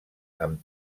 amb